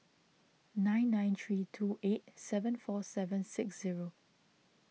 nine nine three two eight seven four seven six zero